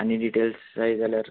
आनी डिटेल्स जाय जाल्यार